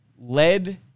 led